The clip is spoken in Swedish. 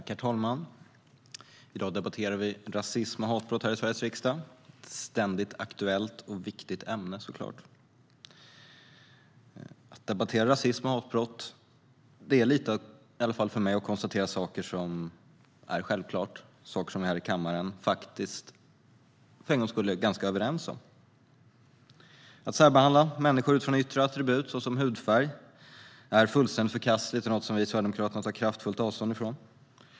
Herr talman! I dag debatterar vi i Sveriges riksdag rasism och hatbrott. Det är såklart ett ständigt aktuellt och viktigt ämne. Att debattera rasism och hatbrott är lite grann att konstatera sådant som vi i kammaren för en gångs skull är ganska överens om, sådant som för oss är självklart. Att särbehandla människor utifrån yttre attribut såsom hudfärg är fullständigt förkastligt och något som vi i Sverigedemokraterna tar kraftfullt avstånd från.